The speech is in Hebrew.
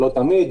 לא תמיד,